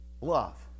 love